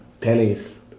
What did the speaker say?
Pennies